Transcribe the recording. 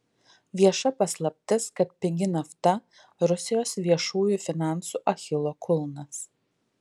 vieša paslaptis kad pigi nafta rusijos viešųjų finansų achilo kulnas